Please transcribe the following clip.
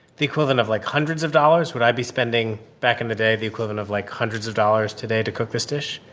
the equivalent of, like, hundreds of dollars? would i be spending, back in the day, the equivalent of, like, hundreds of dollars today to cook this dish?